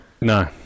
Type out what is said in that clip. No